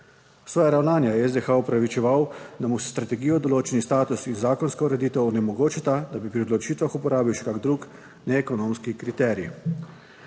Svoja ravnanja je SDH opravičeval, da mu s strategijo določenih status zakonska ureditev onemogočata, da bi pri odločitvah uporabil še kak drug neekonomski kriterij.